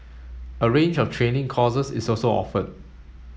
a range of training courses is also offered